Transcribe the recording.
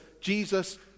Jesus